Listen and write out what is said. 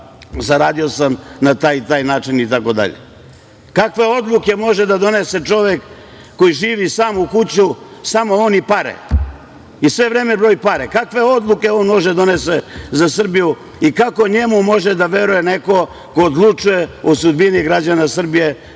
zaradio sam na taj i taj način itd. Kakve odluke može da donese čovek koji živi sam u kući, samo on i pare i sve vreme broji pare? Kakve odluke on može da donese za Srbiju i kako njemu može da veruje neko ko odlučuje o sudbini građana Srbije?